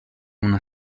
una